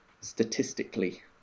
statistically